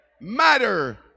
matter